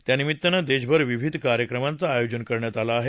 त्यानिमित्त देशभर विविध कार्यक्रमांचं आयोजन करण्यात आलं आहे